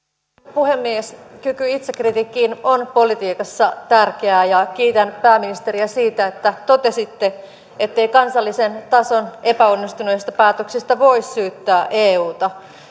puhemies kyky itsekritiikkiin on politiikassa tärkeää ja kiitän pääministeriä siitä että totesitte ettei kansallisen tason epäonnistuneista päätöksistä voi syyttää euta